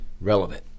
relevant